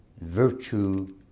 virtue